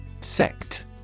Sect